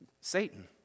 Satan